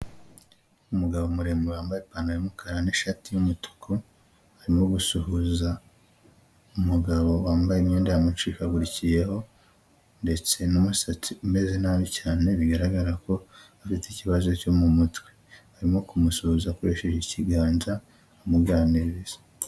Umugabo muremure wambaye ipantaro y'umukara n'ishati y'umutuku, arimo gusuhuza umugabo wambaye imyenda yamucikagurikiyeho ndetse n'umusatsi umeze nabi cyane bigaragara ko afite ikibazo cyo mu mutwe. Arimo kumusuhuza akoresheje ikiganza amuganiriza.